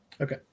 Okay